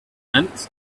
ants